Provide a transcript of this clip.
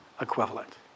equivalent